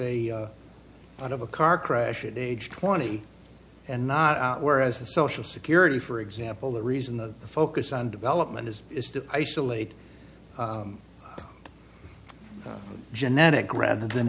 of a lot of a car crash at age twenty and not out whereas the social security for example the reason the focus on development is is to isolate genetic rather than